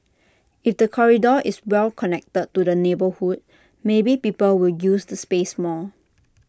if the corridor is well connected to the neighbourhood maybe people will use the space more